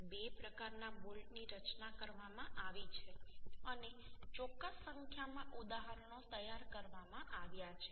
બે પ્રકારના બોલ્ટની રચના કરવામાં આવી છે અને ચોક્કસ સંખ્યામાં ઉદાહરણો તૈયાર કરવામાં આવ્યા છે